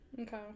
Okay